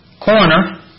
corner